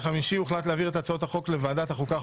הוחלט להעביר את הצעות החוק לוועדת החוקה,